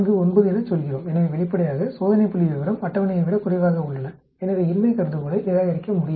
49 எனச் சொல்கிறோம் எனவே வெளிப்படையாக சோதனை புள்ளிவிவரம் அட்டவணையை விட குறைவாக உள்ளன எனவே இன்மை கருதுகோளை நிராகரிக்க முடியாது